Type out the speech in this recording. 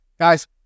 guys